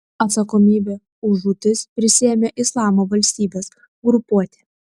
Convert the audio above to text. atsakomybę už žūtis prisiėmė islamo valstybės grupuotė